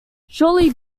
shortly